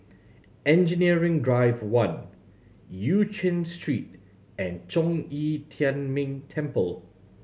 Engineering Drive One Eu Chin Street and Zhong Yi Tian Ming Temple